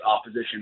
opposition